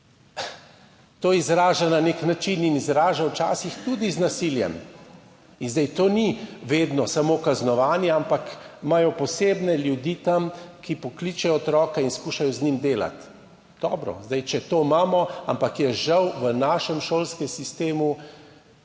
to izraža na nek način in izraža včasih tudi z nasiljem. In zdaj to ni vedno samo kaznovanje, ampak imajo posebne ljudi tam, ki pokličejo otroke in skušajo z njim delati. Dobro, zdaj če to imamo, ampak jaz žal v našem šolskem sistemu